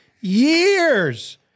years